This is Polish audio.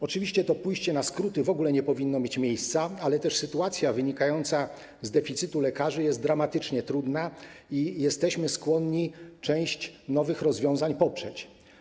Oczywiście to pójście na skróty w ogóle nie powinno mieć miejsca, ale sytuacja wynikająca z deficytu lekarzy jest dramatycznie trudna i jesteśmy skłonni część nowych rozwiązań poprzeć.